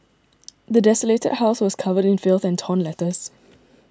the desolated house was covered in filth and torn letters